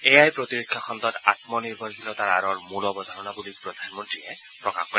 এয়াই প্ৰতিৰক্ষা খণ্ডত আমনিৰ্ভৰশীলতাৰ আঁৰৰ মূল অৱধাৰনা বুলি প্ৰধানমন্ত্ৰীয়ে প্ৰকাশ কৰে